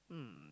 hmm